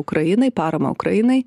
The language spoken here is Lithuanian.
ukrainai paramą ukrainai